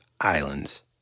islands